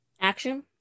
Action